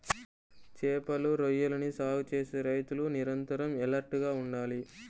చేపలు, రొయ్యలని సాగు చేసే రైతులు నిరంతరం ఎలర్ట్ గా ఉండాలి